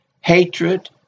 Hatred